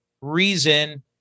reason